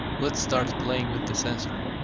let's start playing with the sensor.